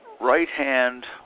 right-hand